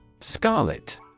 Scarlet